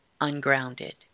ungrounded